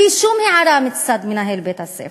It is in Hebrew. בלי שום הערה מצד מנהל בית-הספר.